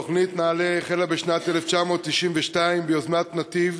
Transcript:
תוכנית נעל"ה החלה בשנת 1992 ביוזמת "נתיב",